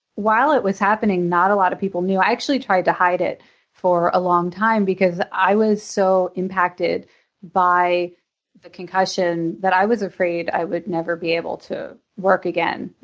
while it was happening, not a lot of people knew. i actually tried to hide it for a long time because i was so impacted by the concussion that i was afraid i would never be able to work again.